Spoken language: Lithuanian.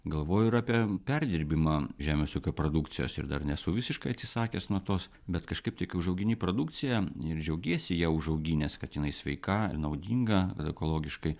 galvoju ir apie perdirbimą žemės ūkio produkcijos ir dar nesu visiškai atsisakęs nuo tos bet kažkaip tai kai užaugini produkciją ir džiaugiesi ją užauginęs kad jinai sveika naudinga ekologiškai